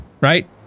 right